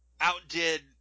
outdid